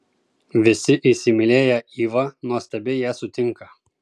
visi įsimylėję ivą nuostabiai ją sutinka